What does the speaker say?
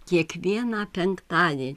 kiekvieną penktadie